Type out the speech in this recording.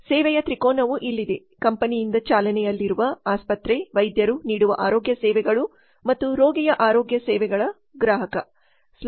ಸೇವೆಯ ತ್ರಿಕೊನವು ಇಲ್ಲಿದೆ ಕಂಪನಿಯಿಂದ ಚಾಲನೆಯಲ್ಲಿರುವ ಆಸ್ಪತ್ರೆ ವೈದ್ಯರು ನೀಡುವ ಆರೋಗ್ಯ ಸೇವೆಗಳು ಮತ್ತು ರೋಗಿಯು ಆರೋಗ್ಯ ಸೇವೆಗಳ ಗ್ರಾಹಕ